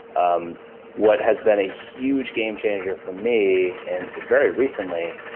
um what has been a huge game changer for me, and very recently,